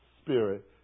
Spirit